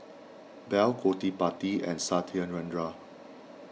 bell Gottipati and Satyendra